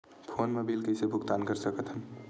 Phone मा bill कइसे भुक्तान साकत हन?